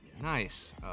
Nice